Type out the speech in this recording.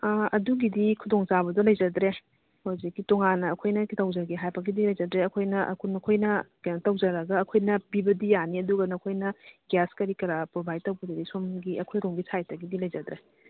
ꯑꯥ ꯑꯗꯨꯒꯤꯗꯤ ꯈꯨꯗꯣꯡ ꯆꯥꯕꯗꯨ ꯂꯩꯖꯗ꯭ꯔꯦ ꯍꯧꯖꯤꯛꯀꯤ ꯇꯣꯉꯥꯟꯅ ꯑꯩꯈꯣꯏꯅ ꯇꯧꯖꯒꯦ ꯍꯥꯏꯕꯒꯤꯗꯤ ꯂꯩꯖꯗ꯭ꯔꯦ ꯑꯩꯈꯣꯏꯅ ꯅꯈꯣꯏꯅ ꯀꯩꯅꯣ ꯇꯧꯖꯔꯒ ꯑꯩꯈꯣꯏꯅ ꯄꯤꯕꯗꯤ ꯌꯥꯅꯤ ꯑꯗꯨꯒ ꯅꯈꯣꯏꯅ ꯒ꯭ꯌꯥꯁ ꯀꯔꯤ ꯀꯔꯥ ꯄ꯭ꯔꯣꯚꯥꯏꯠ ꯇꯧꯕꯗꯨꯗꯤ ꯁꯣꯝꯒꯤ ꯑꯩꯈꯣꯏ ꯔꯣꯝꯒꯤ ꯁꯥꯏꯠꯇꯒꯤꯗꯤ ꯂꯩꯖꯗ꯭ꯔꯦ